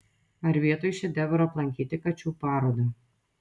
ar vietoj šedevrų aplankyti kačių parodą